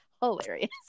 hilarious